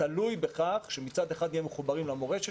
תלוי בכך שמצד אחד נהיה מחוברים למורשת